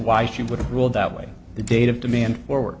why she would have ruled that way the date of demand for